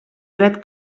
dret